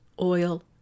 oil